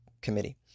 committee